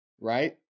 right